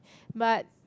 but